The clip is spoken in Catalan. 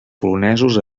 polonesos